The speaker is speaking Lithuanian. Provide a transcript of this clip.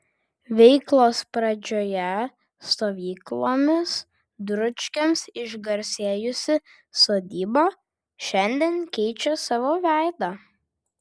veiklos pradžioje stovyklomis dručkiams išgarsėjusi sodyba šiandien keičia savo veidą